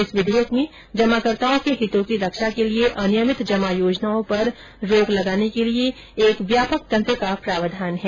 इस विधेयक में जमाकर्ताओं के हितों की रक्षा के लिए अनियमित जमा योजनाओं पर रोक लगाने के लिए एक व्यापक तंत्र का प्रावधान है